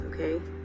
okay